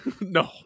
No